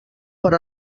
per